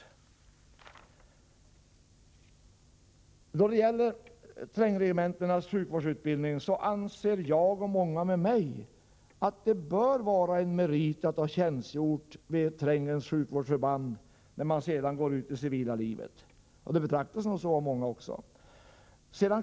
Då det gäller trängregementenas sjukvårdsutbildning anser jag och många med mig att det bör vara en merit att ha tjänstgjort vid trängens sjukvårdsför band, när man sedan går ut i det civila livet. Vi är många som har den uppfattningen.